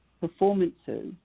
performances